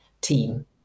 team